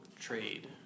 trade